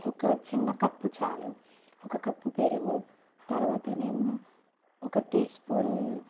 ఒక చిన్న కప్ చాలు ఒక కప్పు పెరుగు తర్వాత ఏమో ఒక టీ స్పూన్